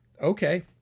okay